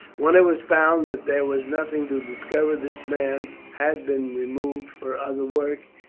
when it was found that there was nothing to discover this man had been removed for other work,